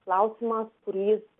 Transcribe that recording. klausimas kurį jis